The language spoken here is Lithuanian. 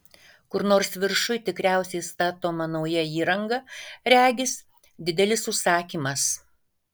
kur nors viršuj tikriausiai statoma nauja įranga regis didelis užsakymas